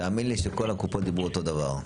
תאמין לי שכל הקופות דיברו אותו דבר.